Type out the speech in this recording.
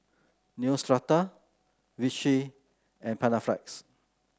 Neostrata Vichy and Panaflex